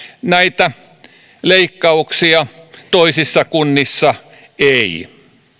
näitä leikkauksia toisissa kunnissa ei